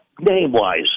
Name-wise